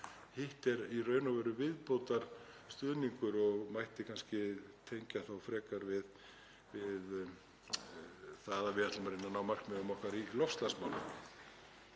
Hitt er í raun og veru viðbótarstuðningur og mætti kannski tengja þá frekar við það að við ætlum að reyna að ná markmiðum okkar í loftslagsmálum.